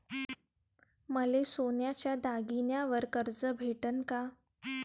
मले सोन्याच्या दागिन्यावर कर्ज भेटन का?